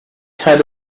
had